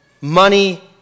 money